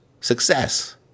success